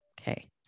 Okay